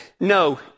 no